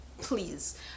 please